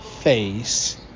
face